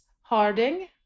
harding